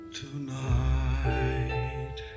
tonight